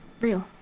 real